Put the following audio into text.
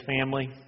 family